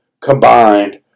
combined –